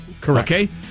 Correct